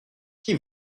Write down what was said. qui